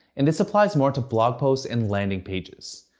and this applies more to blog posts and landing pages.